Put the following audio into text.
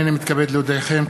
הנני מתכבד להודיעכם,